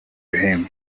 him